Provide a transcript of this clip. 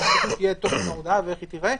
מה בדיוק יהיה תוכן ההודעה ואיך היא תיראה,